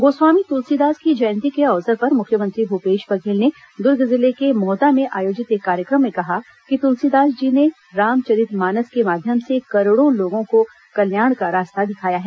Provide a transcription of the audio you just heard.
गोस्वामी तुलसीदास की जयंती के अवसर पर मुख्यमंत्री भूपेश बघेल ने दूर्ग जिले के मोहदा में आयोजित एक कार्यक्रम में कहा कि तुलसीदास जी ने रामचरित मानस के माध्यम से करोड़ों लोगों को कल्याण का रास्ता दिखाया है